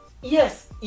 yes